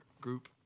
group